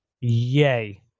Yay